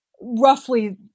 roughly